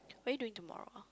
what are you doing tomorrow ah